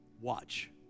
Watch